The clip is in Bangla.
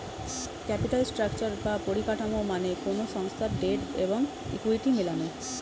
ক্যাপিটাল স্ট্রাকচার বা পরিকাঠামো মানে কোনো সংস্থার ডেট এবং ইকুইটি মেলানো